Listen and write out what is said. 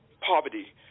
Poverty